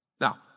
Now